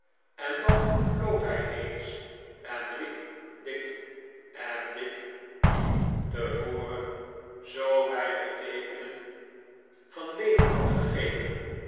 en dan floot hij eens en riep dick en dick die tevoren nikolaas nickleby zoo weinig teeken van leven had gegeven